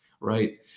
right